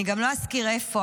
אני גם לא אזכיר איפה,